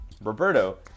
Roberto